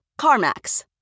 CarMax